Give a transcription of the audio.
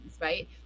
right